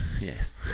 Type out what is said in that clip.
yes